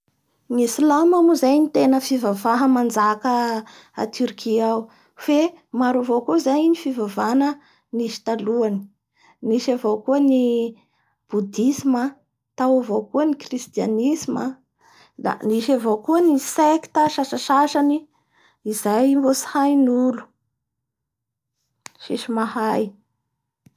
ny Islame moa zay ny tena fivavaha manjaka a Turki ao fe maro avao koa zay ny fivavana nisy talohany, nisy avao koa ny boudisme, tao avao koa ny kristianisme da nisy avao koa ny secta sasasany izay mbo tsy hain'olo tsis mpahay.